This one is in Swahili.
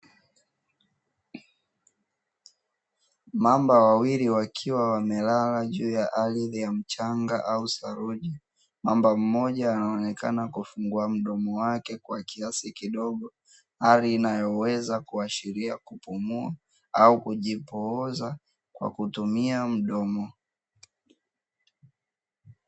Mamba wawili wakiwa wamelala juu ya ardhi ya mchanga au saruji, kwamba mmoja anaonekana kufungua mdomo wake kwa kiasi kidogo hali inayoweza kuashiria kupumua au kujipooza kwa kutumia mdomo.